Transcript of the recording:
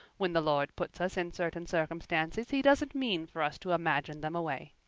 when the lord puts us in certain circumstances he doesn't mean for us to imagine them away.